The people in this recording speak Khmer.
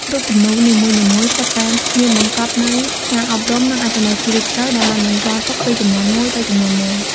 រូបគំនូរនីមួយៗសុទ្ធតែមានបង្កប់នូវសារអប់រំ និងអត្ថន័យជ្រាលជ្រៅ ដែលបានបន្សល់ទុកពីជំនាន់មួយទៅជំនាន់មួយ។